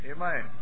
Amen